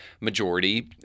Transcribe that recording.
majority